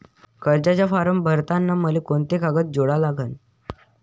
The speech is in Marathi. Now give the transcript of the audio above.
कर्जाचा फारम भरताना मले कोंते कागद जोडा लागन?